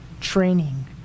training